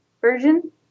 version